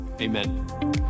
amen